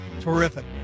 Terrific